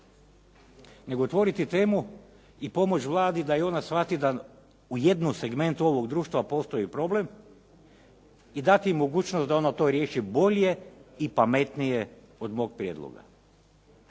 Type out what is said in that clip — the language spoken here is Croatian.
nego otvoriti temu i pomoći Vladi da i ona shvati da u jednom segmentu ovog društva postoji problem i dati mogućnost da ona to riješi bolje i pametnije od mog prijedloga.